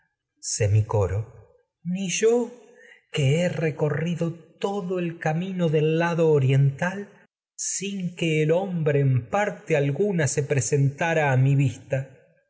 nada ni yo he recorrido en camino lado oriental sin que el hombre a parte alguna se presentara coro bles mi vista